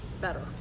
better